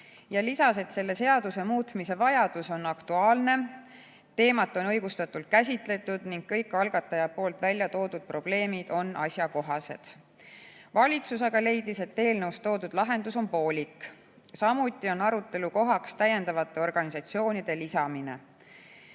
ja lisas, et selle seaduse muutmise vajadus on aktuaalne, teemat on õigustatult käsitletud ning kõik algataja väljatoodud probleemid on asjakohased. Valitsus aga leidis, et eelnõus toodud lahendus on poolik. Samuti on arutelukohaks täiendavate organisatsioonide lisamine.